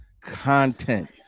content